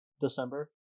December